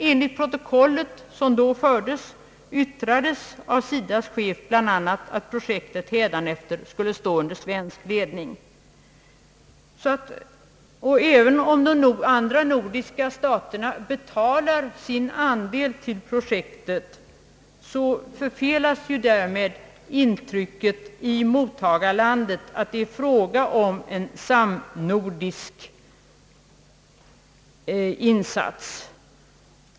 Enligt protokollet som då fördes yttrade SIDA:s chef bl.a. att projektet hädanefter skulle stå under svensk ledning. även om de andra nordiska staterna betalar sin andel av projektet, så förfelas ju därmed intrycket i mottagarlandet att det är fråga om en samnordisk insats.